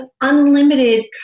unlimited